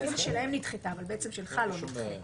הרוויזיה שלהם נדחתה, אבל בעצם שלך לא נדחית.